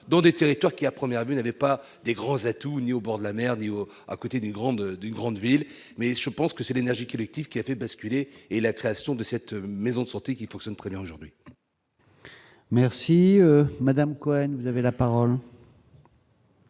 dans des territoires qui apprenait à vue n'avait pas des grands atouts, ni au bord de la mer d'à côté des grandes, des grandes villes, mais je pense que c'est l'énergie collective qui a fait basculer et la création de cette maison de santé qui fonctionne très bien aujourd'hui. Merci, Madame Cohen vous avez la parole.